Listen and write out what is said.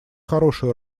хорошую